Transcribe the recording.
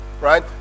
right